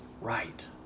right